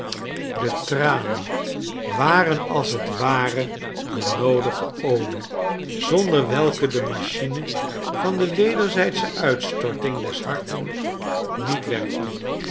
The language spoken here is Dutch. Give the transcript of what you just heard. de tranen waren als het ware de noodige olie zonder welke de machine van de wederzijdsche uitstorting des harten niet werkte